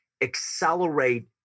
accelerate